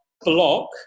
block